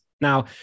Now